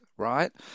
right